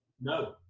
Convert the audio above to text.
No